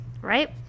Right